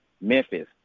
Memphis